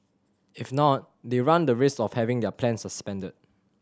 if not they run the risk of having their plan suspended